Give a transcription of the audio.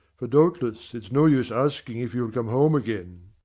for doubtless it's no use asking if you'll come home again.